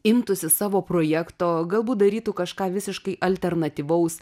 imtųsi savo projekto galbūt darytų kažką visiškai alternatyvaus